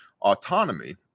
autonomy